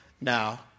now